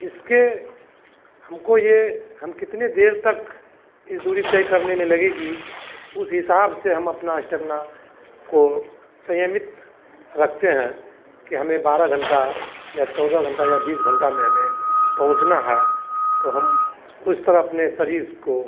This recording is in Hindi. इसके हमको यह हम कितनी देर तक इस दूरी तय करने में लगेगी उस हिसाब से हम अपने स्टेमिना को सँयमित रखते हैं कि हमें बारह घन्टा या चौदह घन्टा या बीस घन्टा में हमें पहुँचना है तो हम उस तरह अपने शरीर को